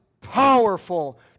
powerful